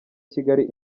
kigali